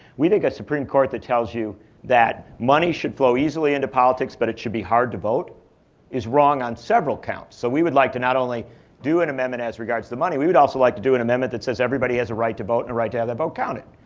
we think a supreme court that tells you that money should flow easily into politics, but it should be hard to vote is wrong on several counts. so we would like to not only do an amendment as regards to the money, we would also like to do an amendment that says, everybody has a right to vote and a right to have that vote counted.